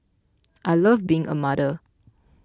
I love being a mother